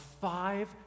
five